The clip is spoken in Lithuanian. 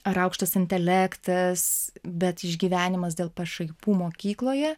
ar aukštas intelektas bet išgyvenimas dėl pašaipų mokykloje